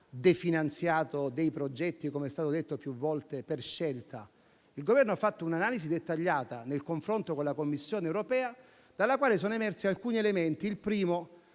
definanziato dei progetti, come è stato detto più volte, per scelta. Il Governo ha fatto un'analisi dettagliata nel confronto con la Commissione europea, dalla quale sono emersi alcuni elementi. Il primo